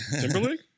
Timberlake